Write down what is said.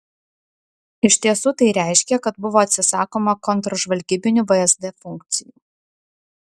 iš tiesų tai reiškė kad buvo atsisakoma kontržvalgybinių vsd funkcijų